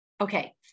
Okay